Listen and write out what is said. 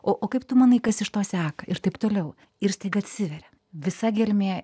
o o kaip tu manai kas iš to seka ir taip toliau ir staiga atsiveria visa gelmė